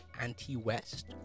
anti-West